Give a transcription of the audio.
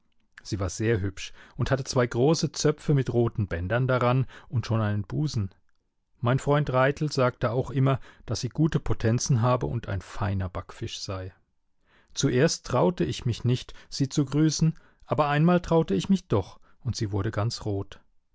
sie war sehr hübsch und hatte zwei große zöpfe mit roten bändern daran und schon einen busen mein freund raithel sagte auch immer daß sie gute potenzen habe und ein feiner backfisch sei zuerst traute ich mich nicht sie zu grüßen aber einmal traute ich mich doch und sie wurde ganz rot